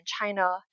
china